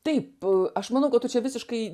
taip aš manau kad tu čia visiškai